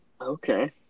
Okay